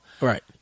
Right